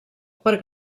per